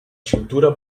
cintura